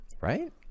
right